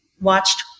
watched